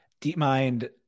DeepMind